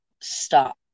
stop